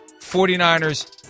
49ers